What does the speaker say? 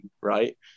right